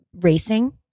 racing